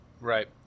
Right